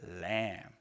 lamb